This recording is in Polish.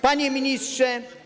Panie Ministrze!